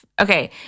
Okay